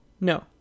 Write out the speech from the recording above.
No